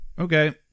Okay